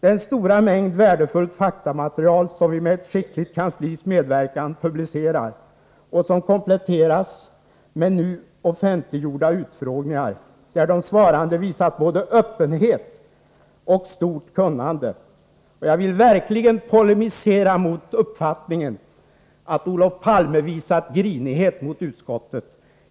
Den stora mängd värdefullt faktamaterial som vi med ett skickligt kanslis medverkan publicerar och som kompletteras med nu offentliggjorda protokoll från utfrågningar, där de svarande visat både öppenhet och stort kunnande, erbjuder ett gott sakunderlag för bedömningar, inte bara för utskott och riksdag utan också för allmänheten. Jag vill verkligen polemisera mot uppfattningen att Olof Palme visat grinighet mot utskottet.